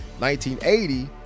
1980